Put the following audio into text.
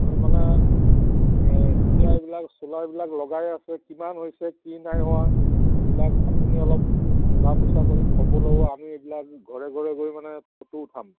আপুনি মানে এতিয়া এইবিলাক ছলাৰবিলাক লগাই আছে কিমান হৈছে কি নাই হোৱা এইবিলাক আপুনি অলপ সোধা পোচা কৰি খবৰ লব আমি এইবিলাক ঘৰে ঘৰে গৈ মানে ফটো উঠাম